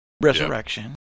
resurrection